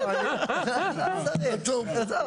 טוב.